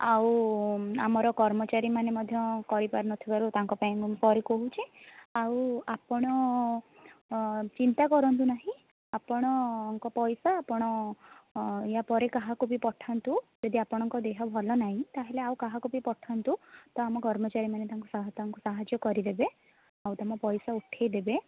ଆଉ ଆମର କର୍ମଚାରୀମାନେ ମଧ୍ୟ କରିପାରିନଥିବାରୁ ତାଙ୍କ ପାଇଁ ମୁଁ ମଧ୍ୟ ସରି କହୁଛି ଆଉ ଆପଣ ଚିନ୍ତା କରନ୍ତୁ ନାହିଁ ଆପଣଙ୍କ ପଇସା ଆପଣ ଏହା ପରେ କାହାକୁ ବି ପଠାନ୍ତୁ ଯଦି ଆପଣଙ୍କ ଦେହ ଭଲ ନାହିଁ ତା'ହେଲେ ଆଉ କାହାକୁ ବି ପଠାନ୍ତୁ ତ ଆମ କର୍ମଚାରୀମାନେ ତାଙ୍କୁ ସାହାଯ୍ୟ କରିଦେବେ ଆଉ ତୁମ ପଇସା ଉଠାଇ ଦେବେ